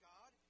God